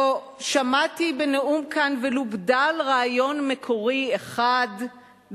לא שמעתי בנאום כאן ולו בדל רעיון מקורי אחד,